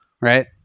Right